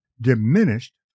diminished